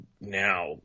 now